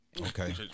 Okay